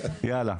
יאללה.